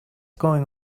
going